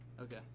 Okay